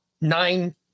nine